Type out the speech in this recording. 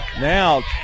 Now